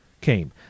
came